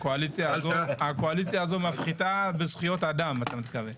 הקואליציה הזאת מפחיתה בזכויות אדם אתה מתכוון.